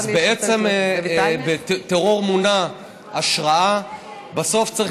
אז בעצם בטרור מונע השראה בסוף צריך